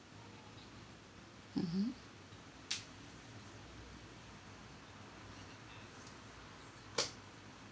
mmhmm